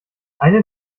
eine